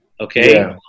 Okay